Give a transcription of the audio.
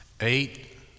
Eight